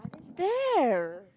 there